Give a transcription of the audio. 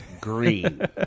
green